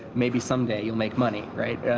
maybe someday you'll make money, right.